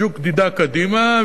הג'וק דידה קדימה,